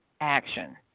action